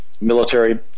military